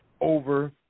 over